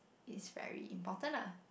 it's very important lah